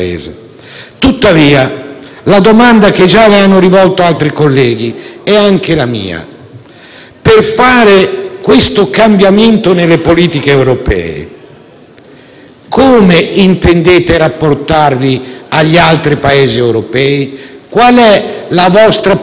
per attuare il cambiamento nelle politiche europee, come intendete rapportarvi agli altri Paesi europei? Qual è la vostra politica di relazioni? Come intendete rilanciare un diverso europeismo?